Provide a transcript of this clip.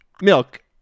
Milk